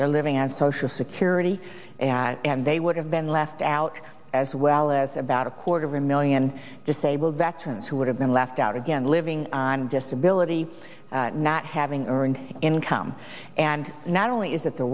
they're living on social security and they would have been left out as well as about a quarter million disabled veterans who would have been left out again living on disability not having earned income and not only is it the